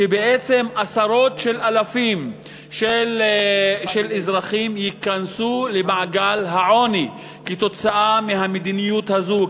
שבעצם עשרות אלפי אזרחים ייכנסו למעגל העוני כתוצאה מהמדיניות הזו,